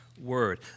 word